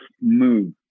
move